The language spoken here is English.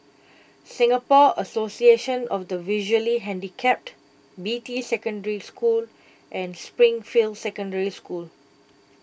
Singapore Association of the Visually Handicapped Beatty Secondary School and Springfield Secondary School